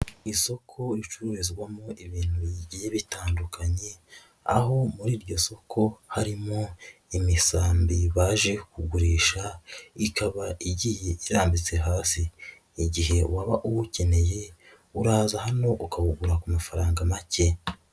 Isoko ricururizwamo ibintu bigiye bitandukanye, aho muri iryo soko harimo imisambi baje kugurisha, ikaba igiye irambitse hasi, igihe waba uwukeneye uraza hano ukawugura ku mafaranga make.